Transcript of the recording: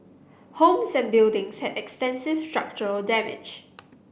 homes and buildings had extensive structural damage